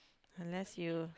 unless you